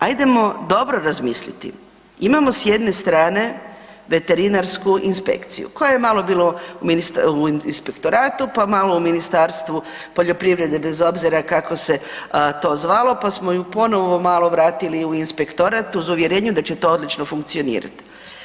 Ajdemo dobro razmisliti, imamo s jedne strane veterinarsku inspekciju koja je malo bila u inspektoratu, pa malo u Ministarstvu poljoprivrede bez obzira kako se to zvalo, pa smo ju ponovo malo vratili u inspektorat uz uvjerenje da će to odlično funkcionirati.